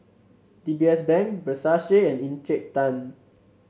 D B S Bank Versace and Encik Tan